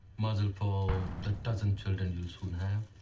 mazel for the dozen children you'll soon have.